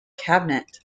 cabinet